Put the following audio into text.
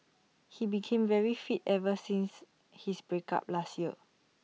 he became very fit ever since his break up last year